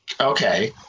okay